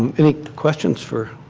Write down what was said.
any questions for